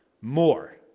more